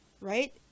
right